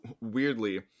weirdly